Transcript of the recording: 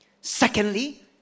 Secondly